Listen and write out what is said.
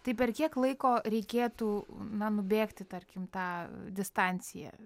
tai per kiek laiko reikėtų na nubėgti tarkim tą distanciją